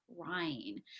crying